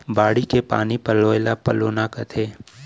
बाड़ी के पानी पलोय ल पलोना कथें